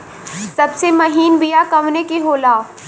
सबसे महीन बिया कवने के होला?